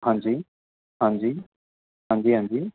ਹਾਂਜੀ ਹਾਂਜੀ ਹਾਂਜੀ ਹਾਂਜੀ